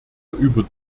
über